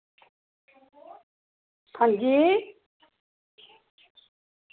हां जी